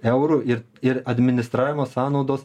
eurų ir ir administravimo sąnaudos